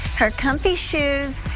her comfy shoes,